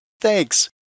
Thanks